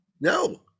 No